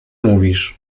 mówisz